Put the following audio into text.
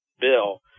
bill